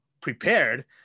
prepared